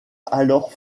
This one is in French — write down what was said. alors